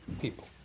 people